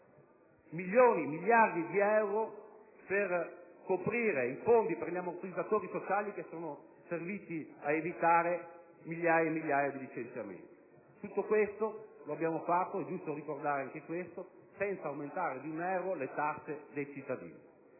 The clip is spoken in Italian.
milioni, miliardi di euro per coprire i fondi per gli ammortizzatori sociali, che sono serviti a evitare migliaia di licenziamenti. Tutto questo lo abbiamo fatto ‑ è giusto ricordare anche questo - senza aumentare di un euro le tasse ai cittadini.